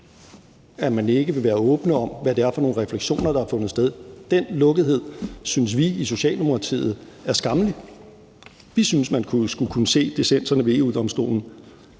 at man ikke vil være åbne om, hvad det er for nogle refleksioner, der har fundet sted. Den lukkethed synes vi i Socialdemokratiet er skammelig. Vi synes, man skulle kunne se dissenserne ved EU-Domstolen.